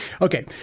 Okay